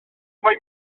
rhoi